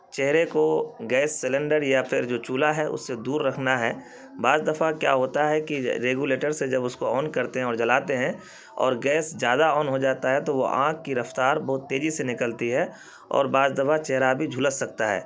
چہرے کو gas cylinder یا پھر جو چولہا ہے اس سے دور رکھنا ہے بعض دفعہ کیا ہوتا ہے کہ ریگولیٹر سے جب اس کو آن کرتے ہیں اور جلاتے ہیں اور گیس زیادہ آن ہو جاتا ہے تو وہ آگ کی رفتار بہت تیزی سے نکلتی ہے اور بعض دفعہ چہرہ بھی جھلس سکتا ہے